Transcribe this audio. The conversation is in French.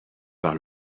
par